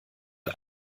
hat